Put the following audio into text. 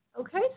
Okay